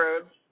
roads